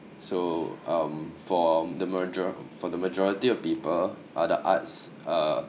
so um for the major~ for the majority of people uh the arts uh